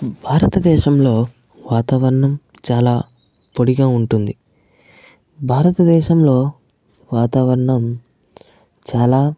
భారతదేశంలో వాతావరణం చాలా పొడిగా ఉంటుంది భారతదేశంలో వాతావరణం చాలా